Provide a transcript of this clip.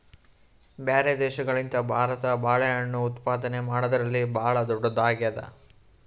ಬ್ಯಾರೆ ದೇಶಗಳಿಗಿಂತ ಭಾರತ ಬಾಳೆಹಣ್ಣು ಉತ್ಪಾದನೆ ಮಾಡದ್ರಲ್ಲಿ ಭಾಳ್ ಧೊಡ್ಡದಾಗ್ಯಾದ